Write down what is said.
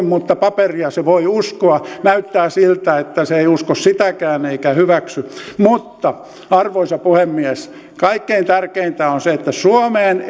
mutta paperia se voi uskoa näyttää siltä että se ei usko sitäkään eikä hyväksy mutta arvoisa puhemies kaikkein tärkeintä on se että suomeen